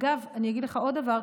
אגב, אני אגיד לך עוד דבר: